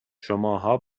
شماها